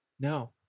no